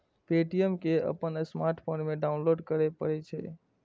Paytm कें अपन smartphone मे डाउनलोड करय पड़ै छै